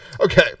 okay